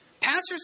Pastors